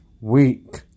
week